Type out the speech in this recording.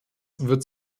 wird